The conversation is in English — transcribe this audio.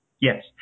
Yes